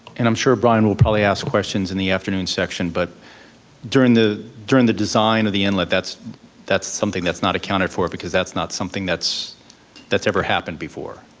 and i'm sure brian will probably ask questions in the afternoon section, but during the during the design of the inlet, that's that's something that's not accounted for because that's not something that's that's ever happened before.